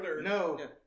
No